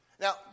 Now